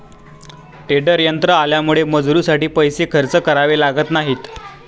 tedder यंत्र आल्यामुळे मजुरीसाठी पैसे खर्च करावे लागत नाहीत